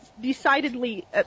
decidedly